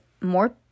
more